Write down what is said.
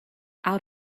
out